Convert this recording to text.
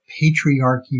patriarchy